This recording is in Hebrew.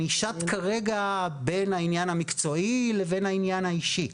אני שט כרגע בין העניין המקצועי לבין העניין האישי.